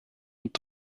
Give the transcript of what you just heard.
und